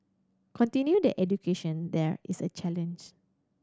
continuing their education there is a challenge